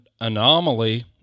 anomaly